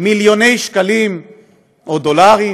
מיליוני שקלים או דולרים